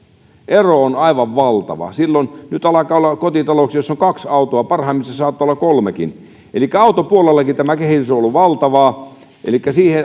ero on aivan valtava nyt alkaa olla kotitalouksia joissa on kaksi autoa parhaimmissa saattaa olla kolmekin elikkä autopuolellakin tämä kehitys on ollut valtavaa elikkä vuoden